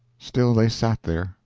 still they sat there,